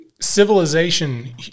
civilization